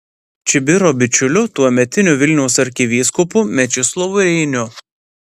čibiro bičiuliu tuometiniu vilniaus arkivyskupu mečislovu reiniu